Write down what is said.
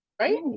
right